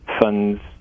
funds